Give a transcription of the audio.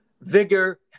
vigor